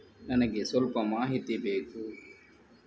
ನನಿಗೆ ಸ್ವಲ್ಪ ಮಾಹಿತಿ ಬೇಕು